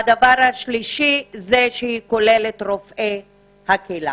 הדבר השלישי זה שהיא כוללת את רופאי הקהילה.